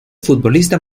futbolista